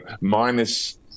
minus